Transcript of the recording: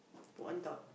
put on top